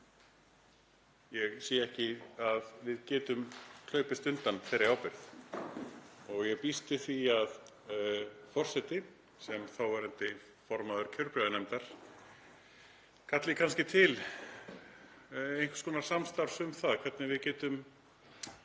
Ég sé ekki að við getum hlaupist undan þeirri ábyrgð. Ég býst við því að forseti sem þáverandi formaður kjörbréfanefndar kalli kannski til einhvers konar samstarfs um það hvernig við getum